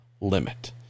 limit